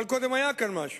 אבל קודם היה כאן משהו.